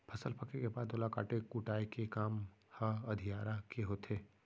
फसल पके के बाद ओला काटे कुटाय के काम ह अधियारा के होथे